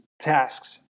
tasks